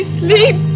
sleep